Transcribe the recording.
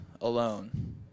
alone